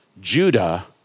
Judah